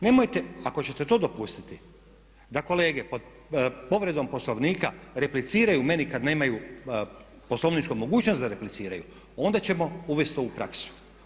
Nemojte, ako ćete to dopustiti da kolege pod povredom Poslovnika repliciraju meni kada nemaju poslovničku mogućnost da repliciraju onda ćemo uvesti to u praksu.